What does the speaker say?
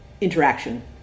interaction